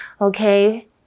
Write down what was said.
Okay